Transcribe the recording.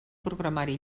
programari